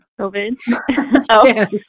COVID